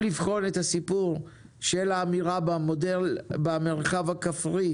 לבחון גם את האמירה במודל המרחב הכפרי,